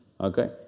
okay